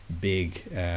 big